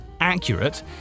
accurate